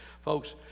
Folks